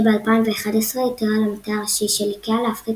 שב־2011 התירה למטה הראשי של איקאה להפחית